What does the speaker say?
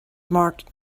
marked